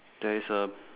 there is a